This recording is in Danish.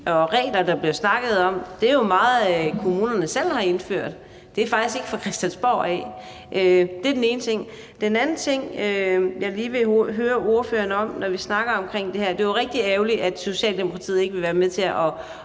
de regler, der bliver snakket om, jo er noget, som kommunerne selv har indført. Det kommer faktisk ikke fra Christiansborg af. Det er den ene ting. Der er også en anden ting, jeg lige vil høre ordføreren om, når vi snakker om det her. Det er jo rigtig ærgerligt, at Socialdemokratiet ikke vil være med til at